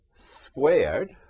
squared